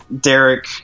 Derek